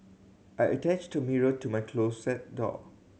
I attached a mirror to my closet door